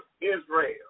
Israel